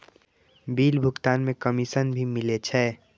Bill भुगतान में commission भी मिले छै?